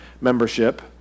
membership